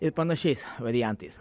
ir panašiais variantais